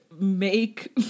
make